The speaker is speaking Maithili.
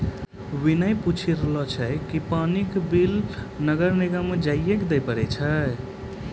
विनय पूछी रहलो छै कि पानी के बिल नगर निगम म जाइये क दै पड़ै छै?